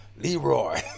Leroy